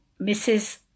Mrs